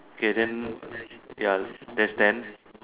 okay then ya that's ten